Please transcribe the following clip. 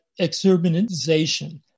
exurbanization